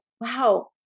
wow